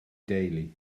deulu